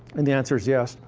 and the answer is yes,